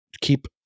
keep